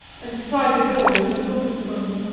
and to try the doors that opened from them.